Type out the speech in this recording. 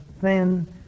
thin